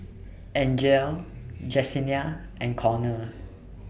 Angele Jesenia and Connor